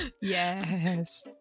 Yes